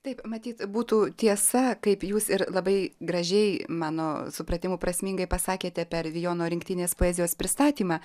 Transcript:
taip matyt būtų tiesa kaip jūs ir labai gražiai mano supratimu prasmingai pasakėte per vijono rinktinės poezijos pristatymą